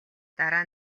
дараа